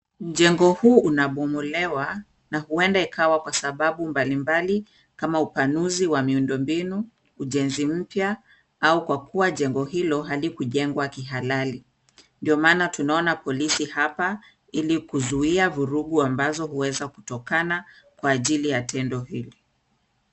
Mjengo huu unabomolewa na huenda ikawa kwa sababu mbalimbali kama upanuzi wa miundo mbinu, ujenzi mpya au kwa kuwa jengo hilo halikujengwa kihalali. Ndio maana tunaona polisi hapa ili kuzuia vurugu ambazo huweza kutokana kwa ajili ya tendo hili.